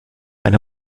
eine